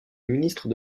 ministre